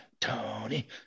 Tony